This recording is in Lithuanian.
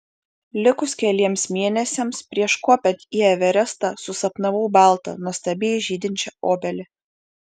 likus keliems mėnesiams prieš kopiant į everestą susapnavau baltą nuostabiai žydinčią obelį